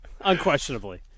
Unquestionably